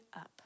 up